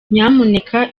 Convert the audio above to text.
nyamuneka